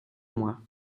mois